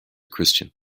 christian